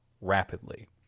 rapidly